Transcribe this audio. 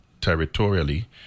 territorially